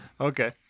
Okay